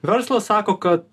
verslas sako kad